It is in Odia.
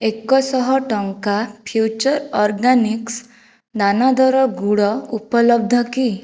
ଏକଶହ ଟଙ୍କା ଫ୍ୟୁଚର୍ ଅର୍ଗାନିକ୍ସ ଦାନାଦାର ଗୁଡ଼ ଉପଲବ୍ଧ କି